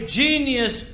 genius